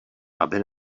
aby